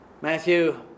Matthew